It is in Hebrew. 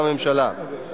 עכשיו זה החוק הבא.